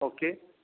okay